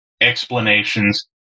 explanations